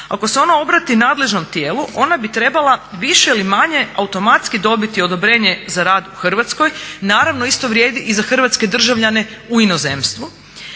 ako se ona obrati nadležnom tijelu ona bi trebala više ili manje automatski dobiti odobrenje za rad u Hrvatskoj. Naravno isto vrijedi i za hrvatske državljane u inozemstvu